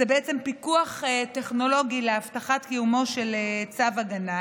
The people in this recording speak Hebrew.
זה בעצם פיקוח טכנולוגי להבטחת קיומו של צו הגנה,